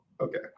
okay